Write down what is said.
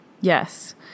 yes